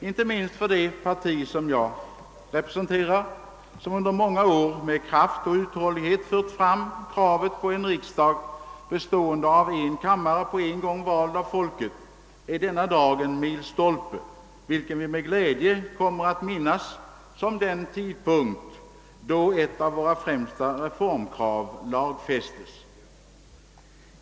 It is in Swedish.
Inte minst för det parti jag representerar, vilket under många år med kraft och uthållighet fört fram kravet på en riksdag, bestående av en kammare på en gång vald av folket, är denna dag en milstolpe — en dag som vi med glädje kommer att minnas som den då ett av våra främsta reformkrav lagfästes.